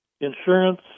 insurance